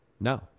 No